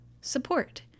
support